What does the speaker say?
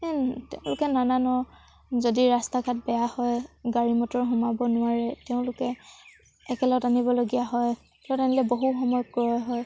তেওঁলোকে নানা ন যদি ৰাস্তা ঘাট বেয়া হয় গাড়ী মটৰ সোমাব নোৱাৰে তেওঁলোকে একেলগত আনিবলগীয়া হয় একেলগত আনিলে বহু সময় ক্ৰয় হয়